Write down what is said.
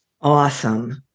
Awesome